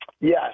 Yes